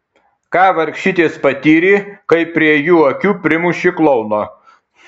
ką vargšytės patyrė kai prie jų akių primušėte klouną